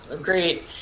great